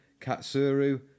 Katsuru